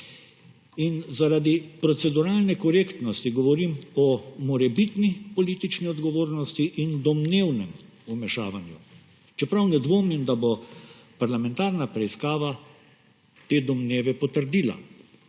In zaradi proceduralne korektnosti govorim o morebitni politični odgovornosti in domnevnem vmešavanju, čeprav ne dvomim, da bo parlamentarna preiskava te domneve potrdila.